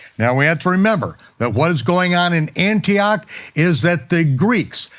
now we have to remember that what is going on in antioch is that the greeks,